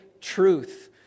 truth